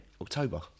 October